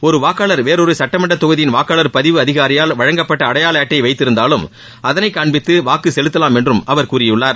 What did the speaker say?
ஒரு வாக்காளர் வேறொரு சட்டமன்ற தொகுதியின் வாக்காளர் பதிவு அதிகாரியால் வழங்கப்பட்ட அடையாள அட்டையை வைத்திருந்தாலும் அதனை காண்பித்து வாக்கு செலுத்தலாம் என்றும் அவர் கூறியுள்ளார்